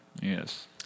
Yes